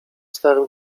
starym